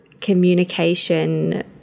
communication